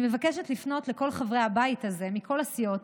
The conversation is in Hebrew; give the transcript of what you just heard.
אני מבקשת לפנות לכל חברי הבית הזה מכל הסיעות